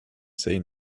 say